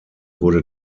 wurde